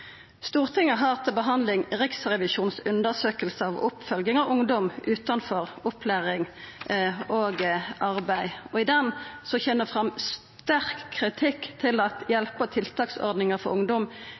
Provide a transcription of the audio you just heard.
Stortinget har til behandling Riksrevisjonens undersøking av oppfølging av ungdom utanfor opplæring og arbeid. I rapporten kjem det fram sterk kritikk mot at